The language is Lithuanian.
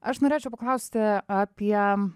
aš norėčiau paklausti apie